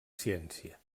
ciència